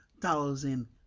thousand